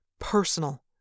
personal